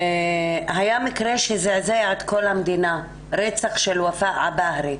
היה מקרה שזעזע את כל המדינה, רצח של וופא עבאהרה.